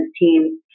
team